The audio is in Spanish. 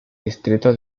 distrito